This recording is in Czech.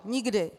Nikdy.